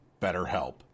BetterHelp